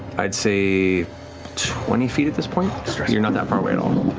i'd say twenty feet at this point. you're not that far away at all.